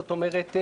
זאת אומרת,